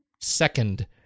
second